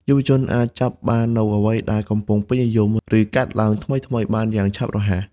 យុវជនអាចចាប់បាននូវអ្វីដែលកំពុងពេញនិយម ឬកើតឡើងថ្មីៗបានយ៉ាងឆាប់រហ័ស។